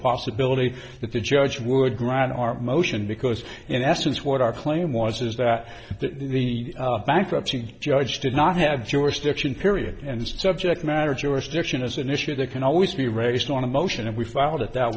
possibility that the judge would grant our motion because in essence what our claim was is that the bankruptcy judge did not have jurisdiction period and subject matter jurisdiction is an issue that can always be raised on a motion and we filed it that